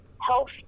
health